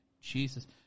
Jesus